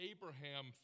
Abraham